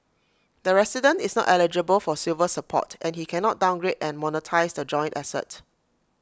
the resident is not eligible for silver support and he cannot downgrade and monetise the joint asset